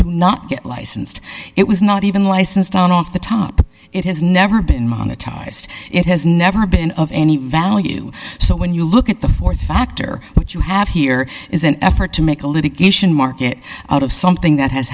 do not get licensed it was not even licensed on off the top it has never been monetized it has never been of any value so when you look at the th factor what you have here is an effort to make a litigation market out of something that has